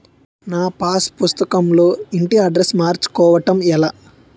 నా పాస్ పుస్తకం లో ఇంటి అడ్రెస్స్ మార్చుకోవటం ఎలా?